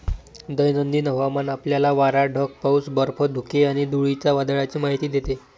दैनंदिन हवामान आपल्याला वारा, ढग, पाऊस, बर्फ, धुके आणि धुळीच्या वादळाची माहिती देते